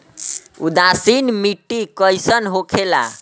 उदासीन मिट्टी कईसन होखेला?